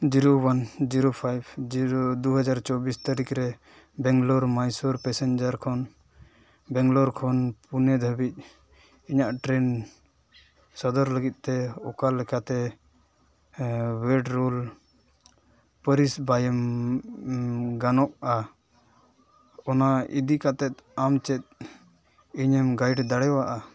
zero one zero five zero ᱫᱩ ᱦᱟᱡᱟᱨ ᱪᱚᱵᱵᱤᱥ ᱛᱟᱹᱨᱤᱠᱷ ᱨᱮ ᱵᱮᱝᱜᱟᱞᱳᱨ ᱢᱚᱭᱥᱳᱨ ᱯᱮᱥᱮᱧᱡᱟᱨ ᱠᱷᱚᱱ ᱵᱮᱝᱜᱟᱞᱳᱨ ᱠᱷᱚᱱ ᱯᱩᱱᱮ ᱫᱷᱟᱹᱵᱤᱡ ᱤᱧᱟᱹᱜ ᱴᱨᱮᱱ ᱥᱟᱸᱜᱷᱟᱨ ᱞᱟᱹᱜᱤᱫ ᱛᱮ ᱚᱠᱟ ᱞᱮᱠᱟᱛᱮ ᱵᱮᱰᱨᱳᱞ ᱯᱚᱨᱤᱥᱮᱵᱟ ᱮᱢ ᱜᱟᱱᱚᱜᱼᱟ ᱚᱱᱟ ᱤᱫᱤ ᱠᱟᱛᱮᱫ ᱟᱢ ᱪᱮᱫ ᱤᱧᱮᱢ ᱜᱟᱭᱤᱰ ᱫᱟᱲᱮᱭᱟᱜᱼᱟ